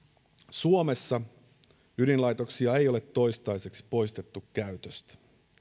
suomessa ydinlaitoksia ei ole toistaiseksi poistettu käytöstä